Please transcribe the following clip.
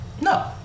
no